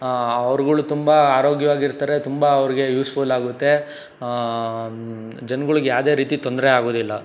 ಅವರುಗಳು ತುಂಬ ಆರೋಗ್ಯವಾಗಿರ್ತಾರೆ ತುಂಬ ಅವರಿಗೆ ಯೂಸ್ಫುಲ್ ಆಗುತ್ತೆ ಜನಗಳಿಗೆ ಯಾವುದೇ ರೀತಿ ತೊಂದರೆ ಆಗೋದಿಲ್ಲ